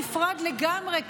נפרד לגמרי,